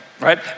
right